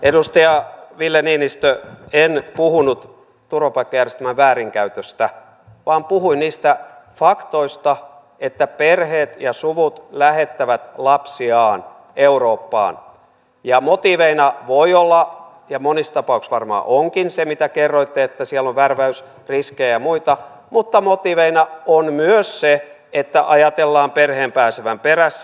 edustaja ville niinistö en puhunut turvapaikkajärjestelmän väärinkäytöstä vaan puhuin niistä faktoista että perheet ja suvut lähettävät lapsiaan eurooppaan ja motiiveina voi olla ja monissa tapauksissa varmaan onkin se mitä kerroitte että siellä on värväysriskejä ja muita mutta motiivina on myös se että ajatellaan perheen pääsevän perässä